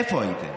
איפה הייתם?